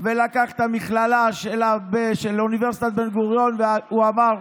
ולקח את המכללה של אוניברסיטת בן-גוריון, ואמר: